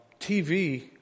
TV